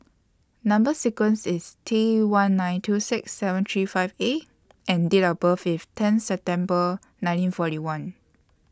Number sequence IS T one nine two six seven three five A and Date of birth IS ten September nineteen forty one